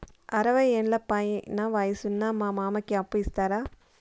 అరవయ్యేండ్ల పైన వయసు ఉన్న మా మామకి అప్పు ఇస్తారా